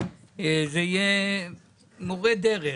תהיה מורה דרך,